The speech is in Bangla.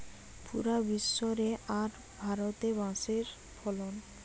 পুরা বিশ্ব রে আর ভারতে বাঁশের ফলন